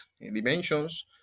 dimensions